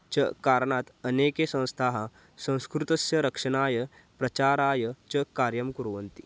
च कारणात् अनेके संस्थाः संस्कृतस्य रक्षणाय प्रचाराय च कार्यं कुर्वन्ति